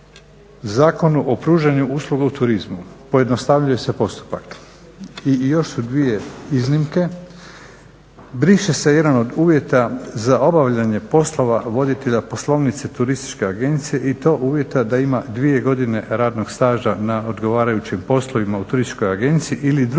Zakonu o pružanju usluga u turizmu, pojednostavljuje se postupak. I još su dvije iznimke. Briše se jedan od uvjeta za obavljanje poslova voditelja poslovnice turističke agencije i to uvjeta da ima dvije godine radnog staža na odgovarajućim poslovima u turističkoj agenciji ili drugim